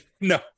No